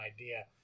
idea